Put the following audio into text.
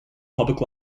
public